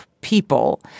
people